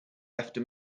after